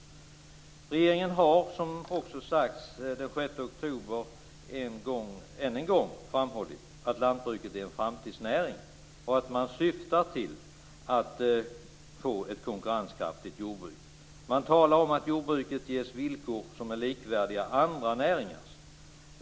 Regeringen har, som också sagts, den 6 oktober än en gång framhållit att lantbruket är en framtidsnäring och att man syftar till att få ett konkurrenskraftigt jordbruk. Man talar om att jordbruket ges villkor som är likvärdiga andra näringars.